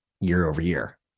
year-over-year